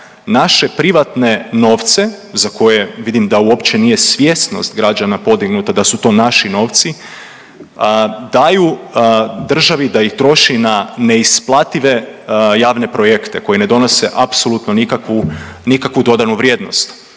naše privatne novce za koje vidim da uopće nije svjesnost građana podignuta da su to naši novci daju državi da ih troši na neisplative javne projekte koji ne donose apsolutno nikakvu dodanu vrijednost